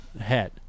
Head